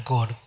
God